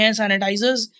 sanitizers